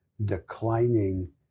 declining